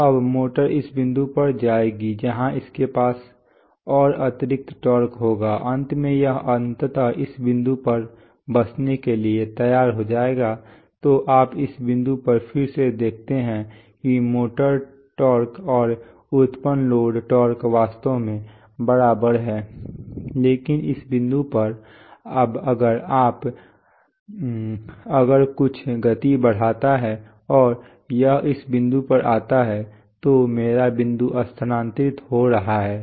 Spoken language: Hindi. तो अब मोटर इस बिंदु पर जाएगी जहां उसके पास और अतिरिक्त टॉर्क होगा अंत में यह अंततः इस बिंदु पर बसने के लिए तैयार हो जाएगा तो आप इस बिंदु पर फिर से देखते हैं कि मोटर टॉर्क और उत्पन्न लोड टॉर्क वास्तव में बराबर है लेकिन इस बिंदु पर अब अगर आप अगर कुछ गति बढ़ाता है और यह इस बिंदु पर आता है तो मेरा बिंदु स्थानांतरित हो रहा है